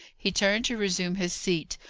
he turned to resume his seat,